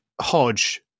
hodge